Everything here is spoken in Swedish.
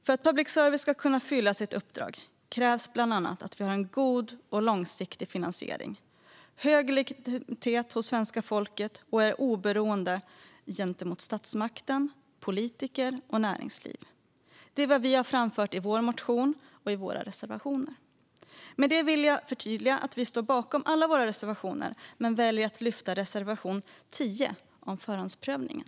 För att public service ska kunna fylla sitt uppdrag krävs bland annat en god och långsiktig finansiering, hög legitimitet hos svenska folket och ett oberoende gentemot statsmakt, politiker och näringsliv. Det är vad vi har framfört i vår motion och i våra reservationer. Fru talman! Jag står bakom alla våra reservationer men väljer att lyfta fram reservation 10 om förhandsprövningen.